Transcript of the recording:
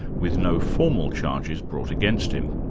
with no formal charges brought against him.